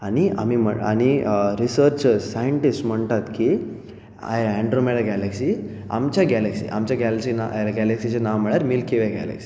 आनी आमी म्हण आनी रिसर्च सायन्टीस्ट म्हणटात की एन्ड्रोमेडा गेलेक्सी आमच्या गेलेक्सी आमच्या गेलेक्सीचें नांव गेलेक्सीचें नांव म्हणल्यार मिल्की वे गेलेक्सी